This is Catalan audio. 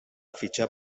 fitxar